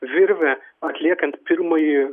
virvę atliekant pirmąjį